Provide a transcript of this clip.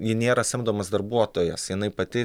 ji nėra samdomas darbuotojas jinai pati